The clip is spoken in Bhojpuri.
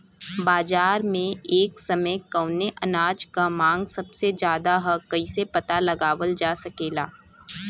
बाजार में एक समय कवने अनाज क मांग सबसे ज्यादा ह कइसे पता लगावल जा सकेला?